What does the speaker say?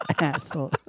Asshole